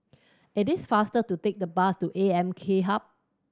it is faster to take the bus to A M K Hub